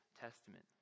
testament